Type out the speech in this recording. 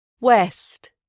West